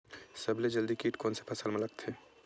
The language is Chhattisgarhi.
सबले जल्दी कीट कोन से फसल मा लगथे?